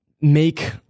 make